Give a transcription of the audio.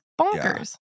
bonkers